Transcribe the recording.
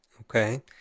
Okay